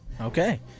Okay